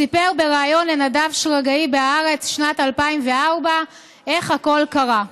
סיפר בריאיון לנדב שרגאי בהארץ בשנת 2004 איך הכול קרה: